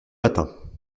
matins